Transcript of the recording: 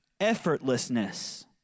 effortlessness